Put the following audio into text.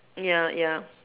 ya ya